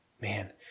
Man